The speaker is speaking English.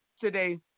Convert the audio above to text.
today